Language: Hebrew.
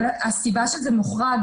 הסיבה שזה מוכרח,